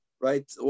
right